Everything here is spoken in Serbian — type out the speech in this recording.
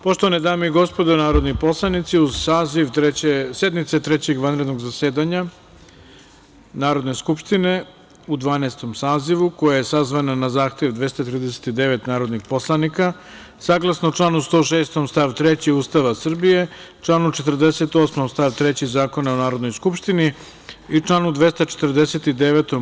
Poštovane dame i gospodo narodni poslanici, uz saziv 3. sednice Trećeg vanrednog zasedanja Narodne skupštine u Dvanaestom sazivu, koja je sazvana na zahtev 239 narodnih poslanika, saglasno članu 106. stav 3. Ustava Srbije, članu 48. stav 3. Zakona o Narodnoj skupštini i članu 249.